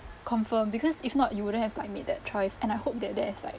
confirmed because if not you wouldn't have like made that choice and I hope that there is like